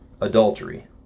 adultery